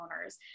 owners